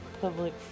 public